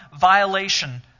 violation